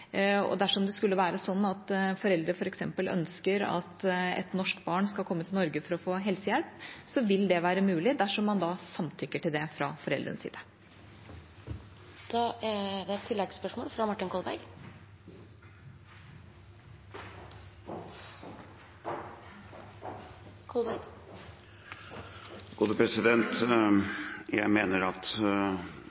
Dersom det skulle være slik at foreldre f.eks. ønsker at et norsk barn skal komme til Norge for å få helsehjelp, vil det være mulig dersom man samtykker til det fra foreldrenes side. Martin Kolberg – til oppfølgingsspørsmål. Jeg mener at av det vi hører fra